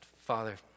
Father